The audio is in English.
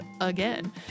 again